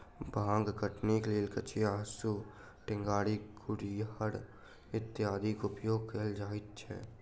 भांग कटनीक लेल कचिया, हाँसू, टेंगारी, कुरिहर इत्यादिक उपयोग कयल जाइत छै